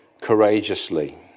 courageously